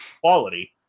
quality